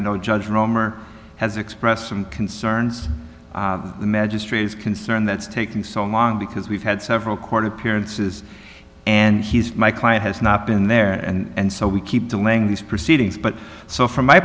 i know judge romer has expressed some concerns the magistrate is concerned that's taking so long because we've had several court appearances and he's my client has not been there and so we keep delaying these proceedings but so from my